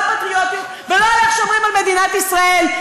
פטריוטיות ולא על איך שומרים על מדינת ישראל,